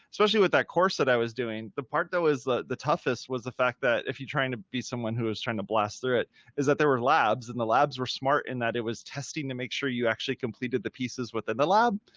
especially with that course that i was doing, the part that was the the toughest was the fact that if you try and be someone who is trying to blast through it is that there were labs and the labs were smart in that it was testing to make sure you actually completed the pieces within the lab.